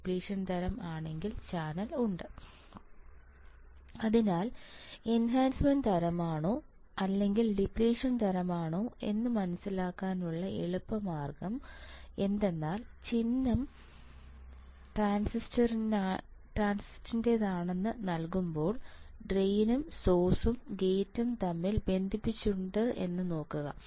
depletion തരം ആണെങ്കിൽ channel ഉണ്ട് അതിനാൽ എൻഹാൻസ്മെൻറ് തരമാണോ അല്ലെങ്കിൽ ഡിപ്ലിഷൻ തരമാണോ എന്ന് മനസിലാക്കാനുള്ള എളുപ്പമാർഗ്ഗം എന്തെന്നാൽ ചിഹ്നം ട്രാൻസിസ്റ്ററിൻറെ നൽകുമ്പോൾ ഡ്രെയിനും സോഴ്സും ഗേറ്റും തമ്മിൽ ബന്ധിപ്പിച്ചിട്ടുണ്ട് എന്ന് നോക്കുക